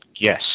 yes